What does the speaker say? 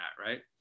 Right